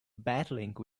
battling